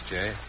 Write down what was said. Jay